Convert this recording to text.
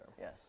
Yes